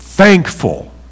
Thankful